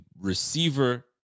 receiver